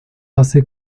hace